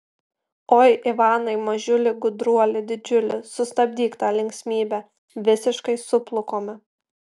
oi ivanai mažiuli gudruoli didžiuli sustabdyk tą linksmybę visiškai suplukome